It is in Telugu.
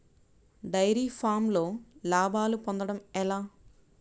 డైరి ఫామ్లో లాభాలు పొందడం ఎలా?